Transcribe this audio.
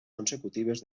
consecutives